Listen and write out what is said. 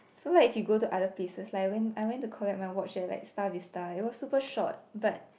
so like if you go to other places like I went I went to collect my watch at like Star-Vista it was super short but